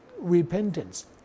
repentance